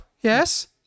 yes